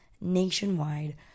nationwide